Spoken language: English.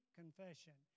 confession